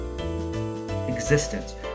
existence